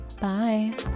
Bye